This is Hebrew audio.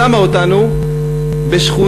שמה אותנו בשכונה,